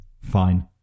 fine